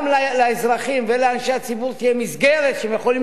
וגם לאזרחים ולאנשי הציבור תהיה מסגרת שהם יכולים